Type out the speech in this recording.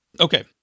Okay